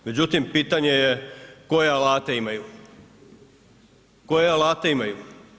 Međutim, pitanje je koje alate imaju, koje alate imaju?